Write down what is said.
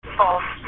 false